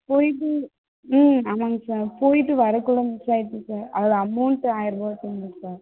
போயிவிட்டு ம் ஆமாங்க சார் போயிவிட்டு வர்றக்குள்ளே மிஸ் ஆயிருச்சு சார் அதில் அமௌண்ட் ஆயிர்ரூவா வச்சியிருந்தன் சார்